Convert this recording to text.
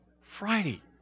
Friday